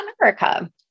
America